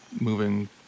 moving